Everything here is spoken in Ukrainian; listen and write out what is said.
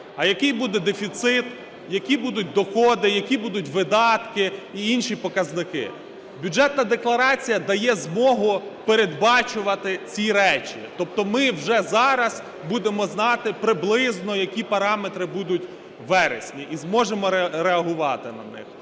який буде дефіцит, які будуть доходи, які будуть видатки і інші показники. Бюджетна декларація дає змогу передбачувати ці речі, тобто ми вже зараз будемо знати приблизно, які параметри будуть у вересні, і зможемо реагувати на них.